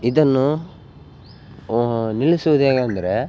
ಇದನ್ನು ನಿಲ್ಲಿಸುವುದು ಹೇಗಂದ್ರೆ